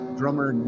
drummer